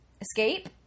escape